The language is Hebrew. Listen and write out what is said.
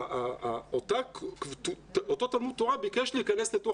אותו תלמוד תורה ביקש להיכנס לתוך